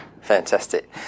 fantastic